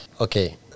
Okay